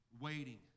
Waiting